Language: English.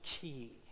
key